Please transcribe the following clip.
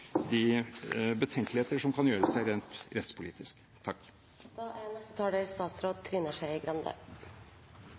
de betenkeligheter som kan gjøres rent rettspolitisk.